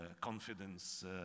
Confidence